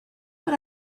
but